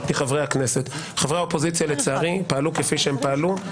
חברי הכנסת שצעקו פה שהם לא דיברו,